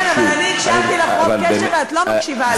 כן, אבל הקשבתי לך רוב קשב, ואת לא מקשיבה לי.